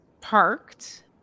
parked